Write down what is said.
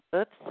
Oops